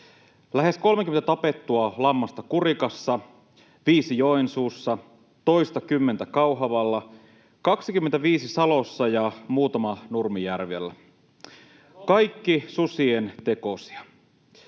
Lähes 30 tapettua lammasta Kurikassa, viisi Joensuussa, toistakymmentä Kauhavalla, 25 Salossa ja muutama Nurmijärvellä. Kaikki susien tekosia.